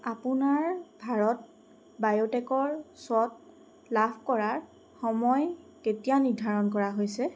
আপোনাৰ ভাৰত বায়'টেকৰ শ্বট লাভ কৰাৰ সময় কেতিয়া নিৰ্ধাৰণ কৰা হৈছে